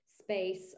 space